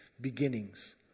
beginnings